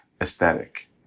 aesthetic